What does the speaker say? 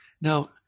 Now